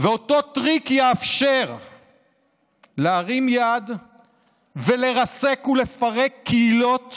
ואותו טריק יאפשר להרים יד ולרסק ולפרק קהילות